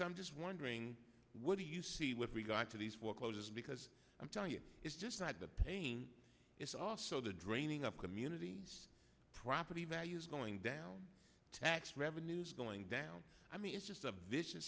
so i'm just wondering what do you see with regard to these foreclosures because i'm telling you it's just not the pain it's also the draining of community property values going down tax revenues going down i mean it's just a vicious